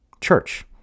church